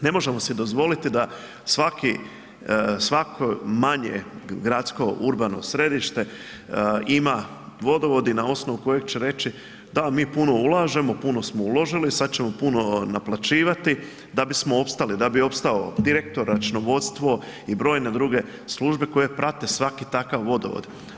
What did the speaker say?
Ne možemo si dozvoliti da svako manje gradsko urbano središte ima vodovod i na osnovu kojeg će reći, da, ali mi puno ulažemo, puno smo uložili, sad ćemo puno naplaćivati, da bismo opstali da bi opstao direktor, računovodstvo i brojne druge službe koje prate svaki takav vodovod.